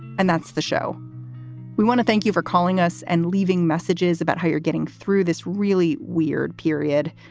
and that's the show we want to thank you for calling us and leaving messages about how you're getting through this really weird period.